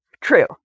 True